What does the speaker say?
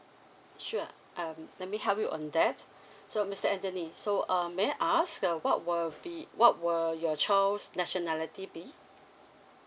sure um let me help you on that so mister anderni so um may I ask uh what will be what were your child's nationality be